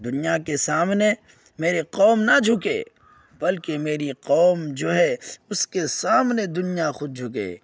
دنیا کے سامنے میری قوم نہ جھکے بلکہ میری قوم جو ہے اس کے سامنے دنیا خود جھکے